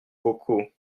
beaucoup